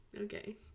okay